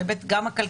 גם בהיבט הכלכלי,